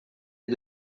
est